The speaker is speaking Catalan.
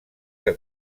que